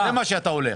זה מה שאתה הולך.